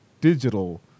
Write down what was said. digital